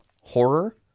horror